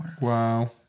Wow